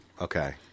Okay